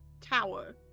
tower